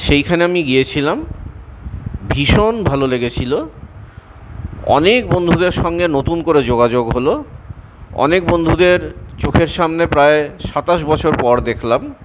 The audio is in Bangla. সেইখানে আমি গিয়েছিলাম ভীষণ ভালো লেগেছিল অনেক বন্ধুদের সঙ্গে নতুন করে যোগাযোগ হল অনেক বন্ধুদের চোখের সামনে প্রায় সাতাশ বছর পর দেখলাম